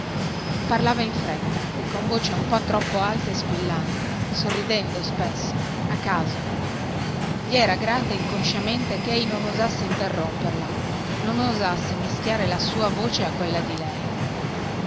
parlava in fretta e con voce un po troppo alta e squillante sorridendo spesso a caso gli era grata inconsciamente che ei non osasse interromperla non osasse mischiare la sua voce a quella di lei